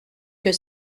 que